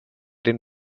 den